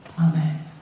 Amen